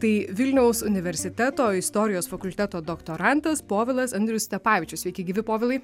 tai vilniaus universiteto istorijos fakulteto doktorantas povilas andrius stepavičius sveiki gyvi povilai